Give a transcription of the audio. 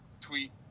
tweet